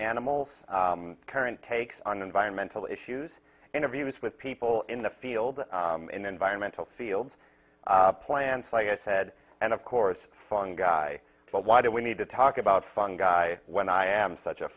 animals current takes on environmental issues interviews with people in the field in environmental fields plants like i said and of course fun guy but why do we need to talk about fun guy when i am such a